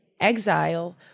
exile